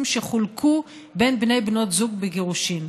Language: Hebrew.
שחולקו בין בני ובנות זוג בגירושין.